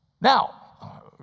Now